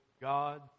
God